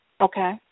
okay